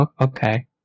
Okay